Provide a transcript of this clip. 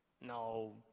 No